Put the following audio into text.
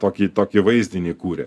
tokį tokį vaizdinį kūrė